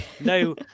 No